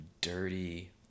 dirty